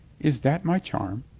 is that my charm?